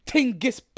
Tingus